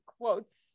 quotes